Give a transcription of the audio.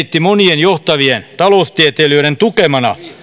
esitti monien johtavien taloustieteilijöiden tukemana